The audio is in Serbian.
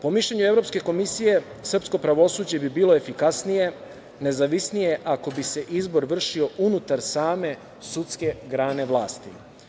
Po mišljenju Evropske komisije srpsko pravosuđe bi bilo efikasnije, nezavisnije ako bi se izbor vršio unutar same sudske grane vlasti.